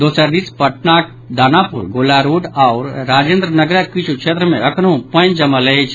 दोसर दिस पटनाक दानापुर गोला रोड आओर राजेन्द्र नगरक किछु क्षेत्र मे अखनहुं पानि जमल अछि